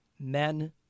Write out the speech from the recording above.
men